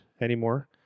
anymore